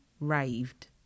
raved